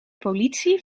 politie